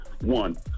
One